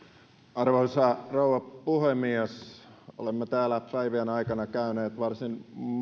arvoisa rouva puhemies olemme täällä päivien aikana käyneet varsin